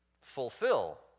Fulfill